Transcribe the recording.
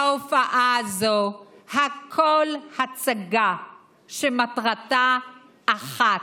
ההופעה הזאת, הכול הצגה שמטרתה אחת: